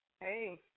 Hey